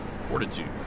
Fortitude